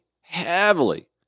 heavily